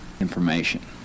information